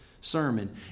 sermon